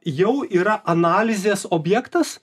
jau yra analizės objektas